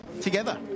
together